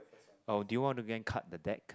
or do you want to go and cut the deck